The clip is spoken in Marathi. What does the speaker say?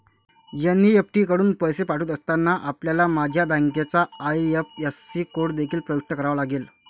एन.ई.एफ.टी कडून पैसे पाठवित असताना, आपल्याला माझ्या बँकेचा आई.एफ.एस.सी कोड देखील प्रविष्ट करावा लागेल